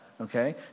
okay